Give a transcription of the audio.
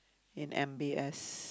in m_b_s